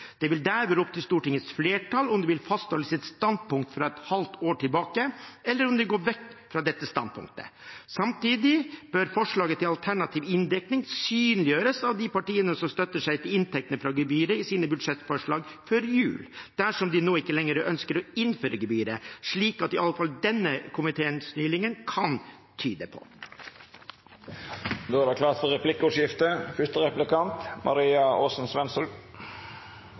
Det vil der være opp til Stortingets flertall om de vil fastholde sitt standpunkt fra et halvt år tilbake, eller om de går vekk fra dette standpunktet. Samtidig bør forslaget til alternativ inndekning synliggjøres av de partiene som støtter seg til inntektene fra gebyret i sine budsjettforslag før jul, dersom de nå ikke lenger ønsker å innføre gebyret, slik i alle fall denne komitéinnstillingen kan tyde på. Det vert replikkordskifte. Mener statsråden det er